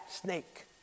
snake